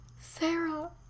Sarah